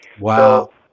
Wow